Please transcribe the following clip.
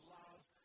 loves